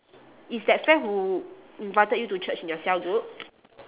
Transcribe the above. is that friend who invited you to church in your cell group